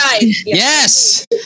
Yes